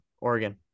Oregon